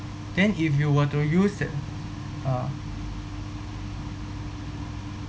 then if you were to use it uh